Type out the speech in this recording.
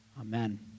Amen